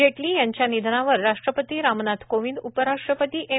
जेटली यांच्या निधनावर राष्ट्रपती रामनाथ कोविंद उपराष्ट्रपती एम